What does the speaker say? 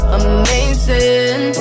amazing